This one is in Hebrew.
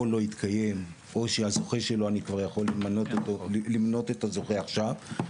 או לא יתקיים או שהזוכה שלו אני יכול למנות את הזוכה עכשיו,